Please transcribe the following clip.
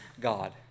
God